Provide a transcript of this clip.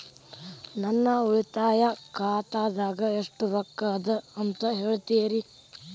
ನನ್ನ ಉಳಿತಾಯ ಖಾತಾದಾಗ ಎಷ್ಟ ರೊಕ್ಕ ಅದ ಅಂತ ಹೇಳ್ತೇರಿ?